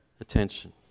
attention